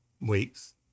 weeks